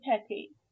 petty